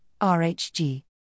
RHG